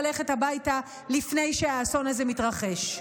חייבת ללכת הביתה לפני שהאסון הזה מתרחש.